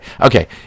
Okay